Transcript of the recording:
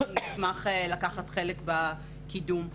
אנחנו נשמח לקחת חלק בקידום.